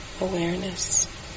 awareness